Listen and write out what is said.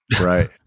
Right